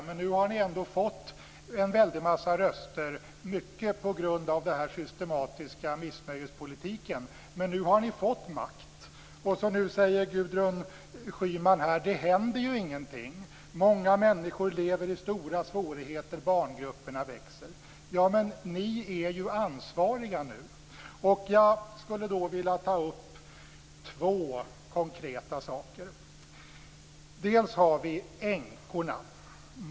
Men nu har ni ändå fått en väldig massa röster, mycket på grund av den systematiska missnöjespolitiken. Nu har ni fått makt. Då säger Gudrun Schyman: Det händer ju ingenting. Många människor lever i stora svårigheter, barngrupperna växer. Men ni är ju ansvariga nu. Jag skulle vilja ta upp två konkreta saker. Vi har änkorna.